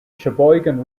sheboygan